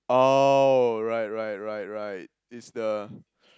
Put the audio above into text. oh right right right right is the